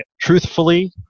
truthfully